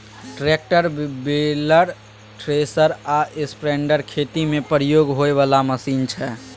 tractor, baler, thresher आ spreader खेती मे प्रयोग होइ बला मशीन छै